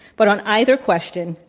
but on either question,